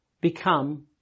become